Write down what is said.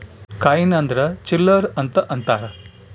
coin ಅಂದ್ರ ಚಿಲ್ಲರ್ ಅಂತ ಅಂತಾರ